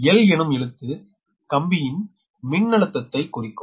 L எனும் எழுத்து கம்பியின் மின்னழுத்தத்தை குறிக்கும்